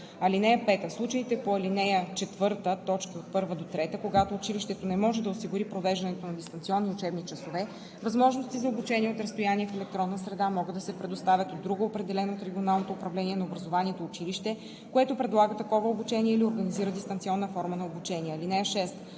(5) В случаите по ал. 4, т. 1 – 3, когато училището не може да осигури провеждането на дистанционни учебни часове, възможности за обучение от разстояние в електронна среда могат да се предоставят от друго, определено от регионалното управление на образованието училище, което предлага такова обучение или организира дистанционна форма на обучение.